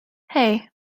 hey